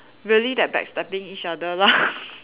really they backstabbing each other lah